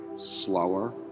slower